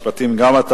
אדוני שר המשפטים, תדע